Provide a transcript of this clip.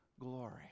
glory